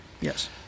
Yes